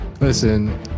Listen